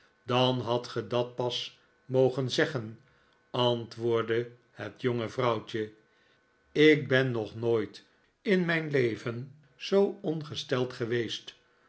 dan hadt ge dat pas mogen zeggen antwoordde het jonge vrouwtje ik ben nog nooit in mijn leven zoo ontsteld geweest